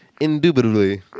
Indubitably